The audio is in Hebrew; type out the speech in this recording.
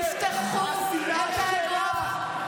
תפתחו את האגרוף.